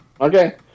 Okay